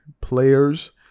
players